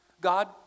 God